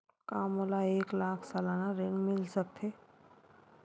का मोला एक लाख सालाना ऋण मिल सकथे?